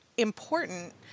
important